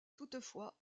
toutefois